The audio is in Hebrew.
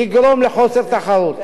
לגרום לחוסר תחרות.